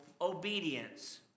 obedience